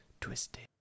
twisted